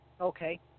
Okay